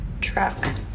Truck